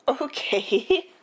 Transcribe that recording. Okay